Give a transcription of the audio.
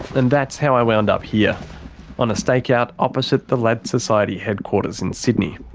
and that's how i wound up here on a stakeout opposite the lads society headquarters in sydney.